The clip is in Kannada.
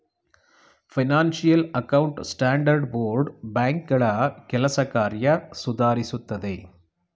ಫೈನಾನ್ಸಿಯಲ್ ಅಕೌಂಟ್ ಸ್ಟ್ಯಾಂಡರ್ಡ್ ಬೋರ್ಡ್ ಬ್ಯಾಂಕ್ಗಳ ಕೆಲಸ ಕಾರ್ಯ ಸುಧಾರಿಸುತ್ತದೆ